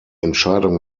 entscheidung